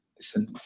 listen